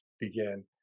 begin